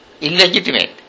Illegitimate